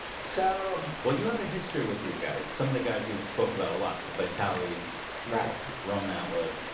so well you have a history with these guys some of the guys we've spoke about a lot, but ali right roman atwood